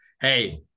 Hey